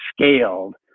scaled